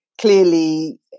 clearly